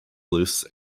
loose